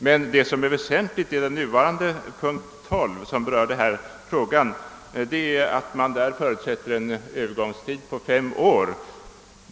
Men väsentligt i nuvarande punkt 12 i bilaga J — eller den s.k. stabiliseringsordningen — är att det inte bara förutsätts en övergångstid av fem år.